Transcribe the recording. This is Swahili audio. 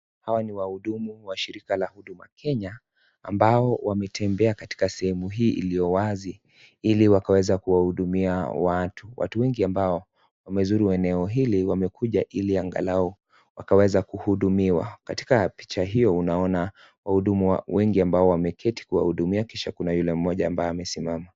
Hawa ni wahudumu wa shirika la huduma Kenya ambao wametembea katika sehemu hii iliyo wazi ili wakaweze kuwahudumia watu wengi ambao wamezuru eneo hili wamekuja ili angalau wakaweze kuhudumiwa. Katika picha hiyo, tunaona wahudumu wengi ambao wameketi kuwahudumia na kisha kuna yule mmoja ambaye amesimama.